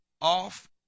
off